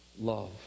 love